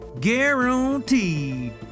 Guaranteed